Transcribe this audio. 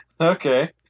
Okay